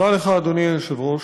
תודה לך, אדוני היושב-ראש.